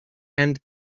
and